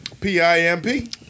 P-I-M-P